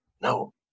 No